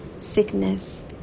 sickness